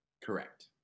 Correct